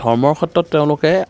ধৰ্মৰ ক্ষেত্ৰত তেওঁলোকে